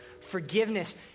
Forgiveness